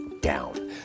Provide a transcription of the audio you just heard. down